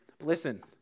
Listen